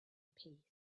peace